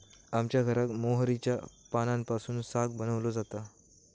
आमच्या घराक मोहरीच्या पानांपासून साग बनवलो जाता